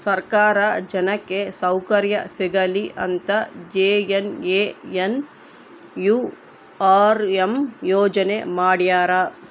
ಸರ್ಕಾರ ಜನಕ್ಕೆ ಸೌಕರ್ಯ ಸಿಗಲಿ ಅಂತ ಜೆ.ಎನ್.ಎನ್.ಯು.ಆರ್.ಎಂ ಯೋಜನೆ ಮಾಡ್ಯಾರ